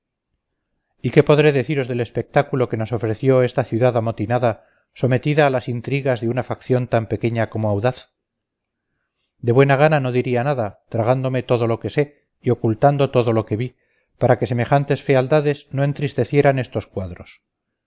y qué podré deciros del espectáculo que nos ofreció esta ciudad amotinada sometida a las intrigas de una facción tan pequeña como audaz de buena gana no diría nada tragándome todo lo que sé y ocultando todo lo que vi para que semejantes fealdades no entristecieran estos cuadros